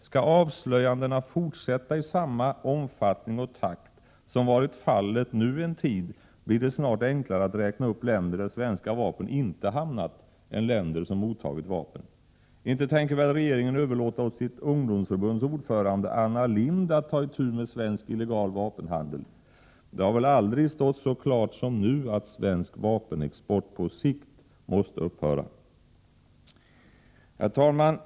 Skall avslöjandena fortsätta i samma omfattning och takt som har varit fallet nu en tid, blir det snart enklare att räkna upp länder där svenska vapen inte hamnat än länder som mottagit vapen. Inte tänker väl regeringen överlåta åt sitt ungdomsförbunds ordförande, Anna Lindh, att ta itu med svensk illegal vapenhandel? Det har väl aldrig stått så klart som nu att svensk vapenexport på sikt måste upphöra. Herr talman!